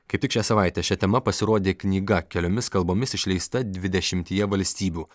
kaip tik šią savaitę šia tema pasirodė knyga keliomis kalbomis išleista dvidešimtyje valstybių